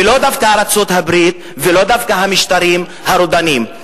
ולאו דווקא ארצות-הברית ולאו דווקא המשטרים הרודניים.